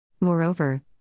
Moreover